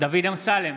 דוד אמסלם,